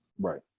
Right